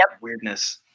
weirdness